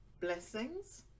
blessings